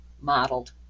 modeled